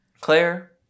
Claire